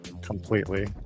completely